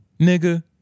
nigga